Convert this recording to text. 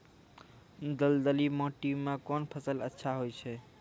दलदली माटी म कोन फसल अच्छा होय छै?